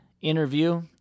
interview